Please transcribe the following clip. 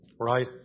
Right